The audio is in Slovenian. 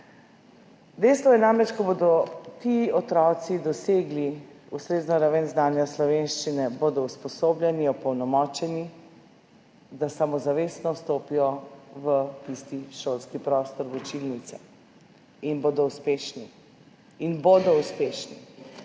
Dejstvo je namreč, da ko bodo ti otroci dosegli ustrezno raven znanja slovenščine, bodo usposobljeni, opolnomočeni, da samozavestno stopijo v tisti šolski prostor, v učilnice, in bodo uspešni. In bodo uspešni.